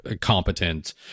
competent